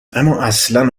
امااصلا